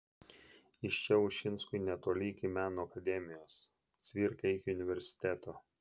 iš čia ušinskui netoli iki meno akademijos cvirkai iki universiteto